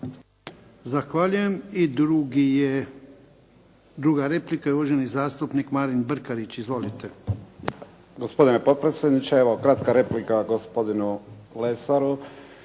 Zahvaljujem. I drugi je, druga replika je uvaženi zastupnik Marin Brkarić. Izvolite. **Brkarić, Marin (IDS)** Gospodine potpredsjedniče, evo kratka replika gospodinu Lesaru